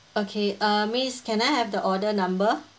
okay uh miss can I have the order number